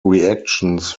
reactions